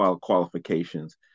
qualifications